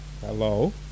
Hello